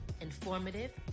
informative